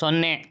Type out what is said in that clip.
ಸೊನ್ನೆ